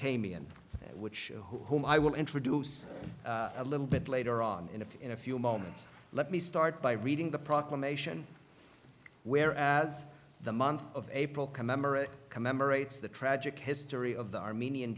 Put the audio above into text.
and which whom i will introduce a little bit later on in a few in a few moments let me start by reading the proclamation where as the month of april commemorate commemorates the tragic history of the armenian